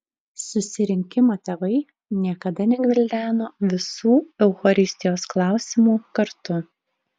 susirinkimo tėvai niekada negvildeno visų eucharistijos klausimų kartu